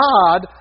God